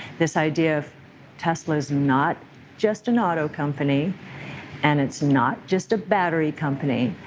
this idea of tesla is not just an auto company and it's not just a battery company,